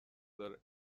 داره